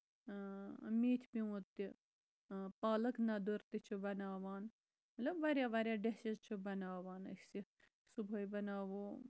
اۭں میتھِ پِیوٗت تہِ پالکھ نٔدُر تہِ چھُ بَناوان مطلب واریاہ واریاہ ڈِشٕز چھِ بَناوان أسۍ صبُحٲے بَناوو